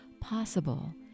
possible